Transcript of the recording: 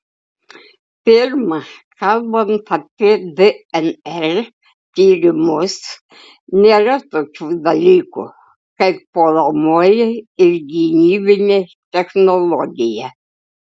pirma kalbant apie dnr tyrimus nėra tokių dalykų kaip puolamoji ir gynybinė technologija